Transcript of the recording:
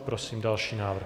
Prosím další návrh.